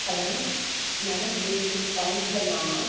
hello madam good evening councillor மேம்மா